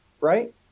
Right